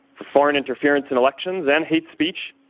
foreign interference in elections and hate speech,